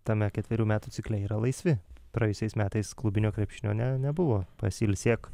tame ketverių metų cikle yra laisvi praėjusiais metais klubinio krepšinio ne nebuvo pasiilsėk